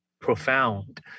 profound